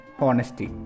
honesty